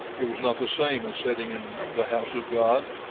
it was not the same as sitting in the house of god,